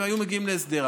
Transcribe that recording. והיו מגיעים להסדר.